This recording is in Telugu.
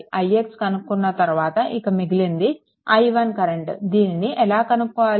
ix కనుక్కున్న తర్వాత ఇంక మిగిలింది i1 కరెంట్ దీనిని ఎలా కనుక్కోవాలి